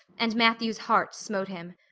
and matthew's heart smote him.